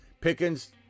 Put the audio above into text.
Pickens